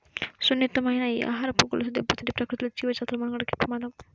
సున్నితమైన ఈ ఆహారపు గొలుసు దెబ్బతింటే ప్రకృతిలో జీవజాతుల మనుగడకే ప్రమాదం